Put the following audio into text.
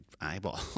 eyeball